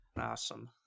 Awesome